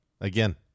Again